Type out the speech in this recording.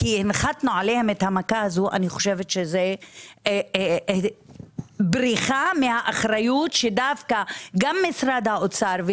אחרי שהנחתנו עליהם את המכה הזו זו בריחה מהאחריות של משרד האוצר.